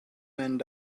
and